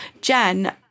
Jen